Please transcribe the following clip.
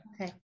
Okay